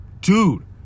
dude